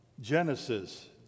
Genesis